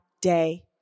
day